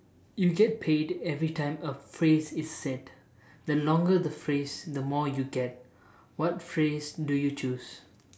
you get paid every time a phrase is said the longer the phrase the more you get what phrase do you choose